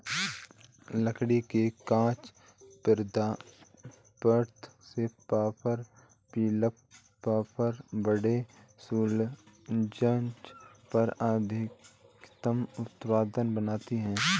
लकड़ी के कच्चे पदार्थ से paper, pulp, paper board, cellulose पर आधारित उत्पाद बनाते हैं